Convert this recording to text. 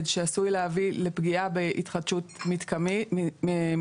שעשוי להביא לפגיעה בהתחדשות מתחמית.